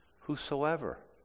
Whosoever